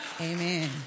Amen